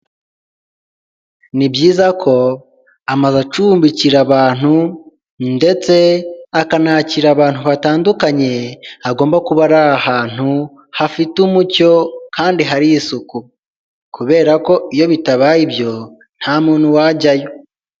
Ni byiza ko amazu acumbikira abantu ndetse akanakira abantu hatandukanye hagomba kuba ari ahantu hafite umucyo kandi hari isuku kubera ko iyo bitabaye ibyo nta muntu wajyayo.